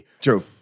True